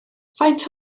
faint